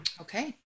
Okay